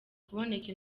kuboneka